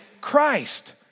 Christ